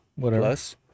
plus